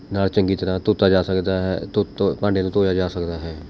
ਨਾਲ਼ ਚੰਗੀ ਤਰ੍ਹਾਂ ਧੋਤਾ ਜਾ ਸਕਦਾ ਹੈ ਧੋ ਧੋ ਭਾਂਡੇ ਨੂੰ ਧੋਇਆ ਜਾ ਸਕਦਾ ਹੈ